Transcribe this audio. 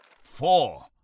Four